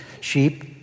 sheep